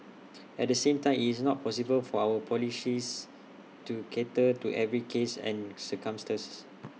at the same time IT is not possible for our policies to cater to every case and circumstances